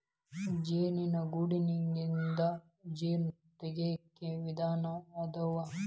ಜೇನು ಗೂಡನ್ಯಾಗಿಂದ ಜೇನ ತಗಿಯಾಕ ವಿಧಾನಾ ಅದಾವ